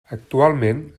actualment